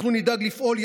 אנחנו נדאג לפעול,